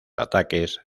ataques